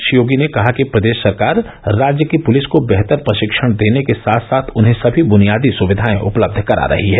श्री योगी ने कहा कि प्रदेश सरकार राज्य की पुलिस को बेहतर प्रशिक्षण देने के साथ साथ उन्हें सभी बुनियादी सुविधाएं उपलब्ध करा रही है